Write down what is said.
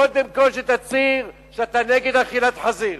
קודם כול שתצהיר שאתה נגד אכילת חזיר.